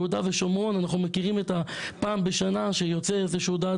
יהודה ושומרון אנחנו מכירים את הפעם בשנה שיוצאת איזושהי הודעת